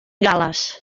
gal·les